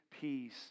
Peace